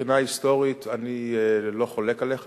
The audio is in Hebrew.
מבחינה היסטורית אני לא חולק עליך,